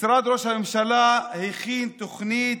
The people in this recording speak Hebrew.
משרד ראש הממשלה הכין תוכנית,